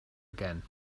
again